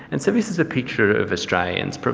and so this is a picture of australians.